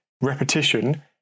repetition